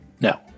No